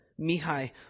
Mihai